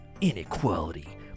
Inequality